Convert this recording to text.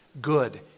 good